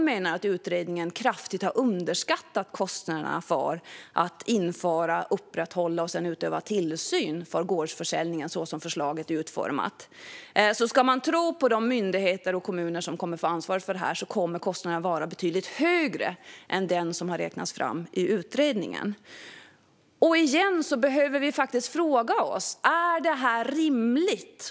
De menar att utredningen kraftigt har underskattat kostnaderna för att införa, upprätthålla och utöva tillsyn över gårdsförsäljningen så som förslaget är utformat. Ska man tro på de myndigheter och kommuner som kommer att få ansvar för detta kommer kostnaden alltså att vara betydligt högre än den som har räknats fram i utredningen. Vi behöver faktiskt fråga oss: Är detta rimligt?